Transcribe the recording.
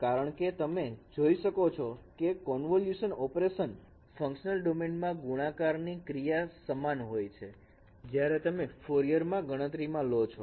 કારણકે તમે જોઈ શકો છો કે કન્વોલ્યુશન ઓપરેશનને ફંકશનલ ડોમેન મા ગુણાકાર ની ક્રિયા સમાન હોય છે જ્યારે તમે ફોરિયર મા ગણમતરીમાં લો છો